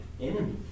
enemy